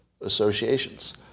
associations